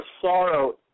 sorrow